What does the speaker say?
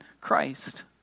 Christ